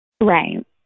Right